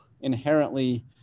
inherently